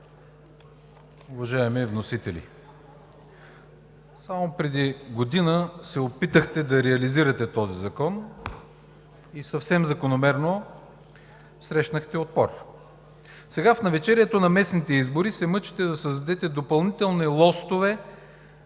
Уважаеми вносители, само преди година се опитахте да реализирате този закон и съвсем закономерно срещнахте отпор. Сега, в навечерието на местните избори, се мъчите да създадете допълнителни лостове